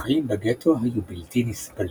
החיים בגטו היו בלתי נסבלים.